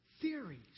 theories